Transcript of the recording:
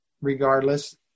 regardless